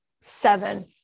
seven